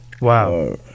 Wow